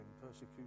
persecution